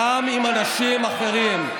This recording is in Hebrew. גם עם אנשים אחרים,